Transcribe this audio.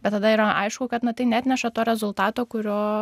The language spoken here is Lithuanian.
bet tada yra aišku kad na tai neatneša to rezultato kurio